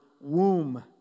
womb